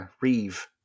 Reeve